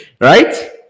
right